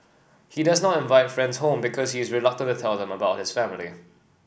he does not invite friends home because he is reluctant to tell them about his family